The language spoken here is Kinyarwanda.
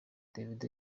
davido